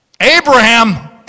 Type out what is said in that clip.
Abraham